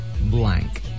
blank